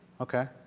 Okay